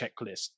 checklist